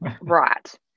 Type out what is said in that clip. right